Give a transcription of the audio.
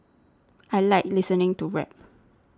I like listening to rap